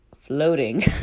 floating